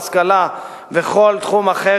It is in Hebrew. ההשכלה וכל תחום אחר,